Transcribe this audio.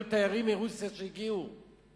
תיירים שהגיעו מרוסיה,